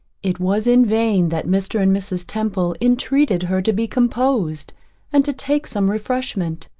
it was in vain that mr. and mrs. temple intreated her to be composed and to take some refreshment.